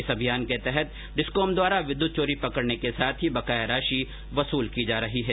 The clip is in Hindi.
इस अभियान के तहत डिस्कॉम द्वारा विद्युत चोरी पकड़ने के साथ ही बकाया राशि वसूल की जा रही है